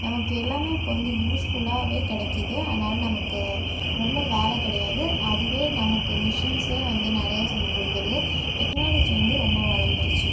நமக்கு எல்லாமே இப்போ வந்து யூஸ்ஃபுல்லாவே கிடைக்கிது அதனால் நமக்கு ரொம்ப வேலை கிடையாது அதுவே நமக்கு மிஷின்ஸ்சே வந்து நிறைய செஞ்சு கொடுத்துருது டெக்னாலஜி வந்து ரொம்ப வளர்ந்துருச்சு